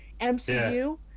MCU